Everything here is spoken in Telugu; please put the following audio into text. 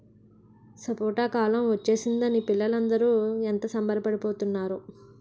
సపోటా కాలం ఒచ్చేసిందని పిల్లలందరూ ఎంత సంబరపడి పోతున్నారో